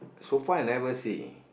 so far I never see